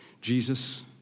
Jesus